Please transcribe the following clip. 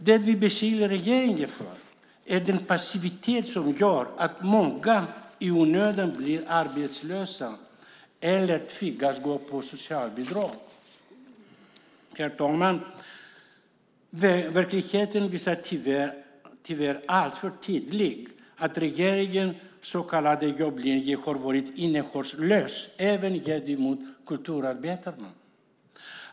Det vi beskyller regeringen för är den passivitet som gör att många i onödan blir arbetslösa eller tvingas gå med socialbidrag. Herr talman! Verkligheten visar tyvärr alltför tydligt att regeringens så kallade jobblinje har varit innehållslös även gentemot kulturarbetarna.